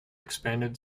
expanded